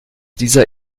dieser